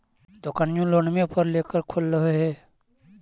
दोकनिओ लोनवे पर लेकर खोललहो हे?